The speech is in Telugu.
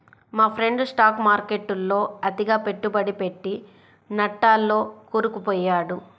మా ఫ్రెండు స్టాక్ మార్కెట్టులో అతిగా పెట్టుబడి పెట్టి నట్టాల్లో కూరుకుపొయ్యాడు